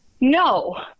No